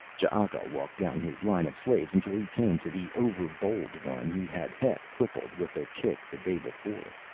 ch'aka walked down his line of slaves until he came to the over-bold one he had half-crippled with a kick the day before.